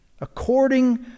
According